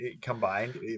combined